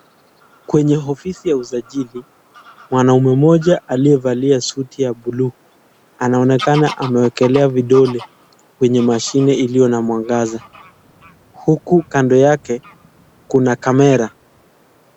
Kwenye ofisi ya usajili mwanaume mmoja aliyevalia suti ya buluu anaonekana amewekelea vidole kwenye mashine iliyo na mwamgaza huku kando yake kuna camera